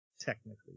technically